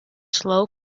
slow